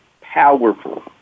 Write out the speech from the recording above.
powerful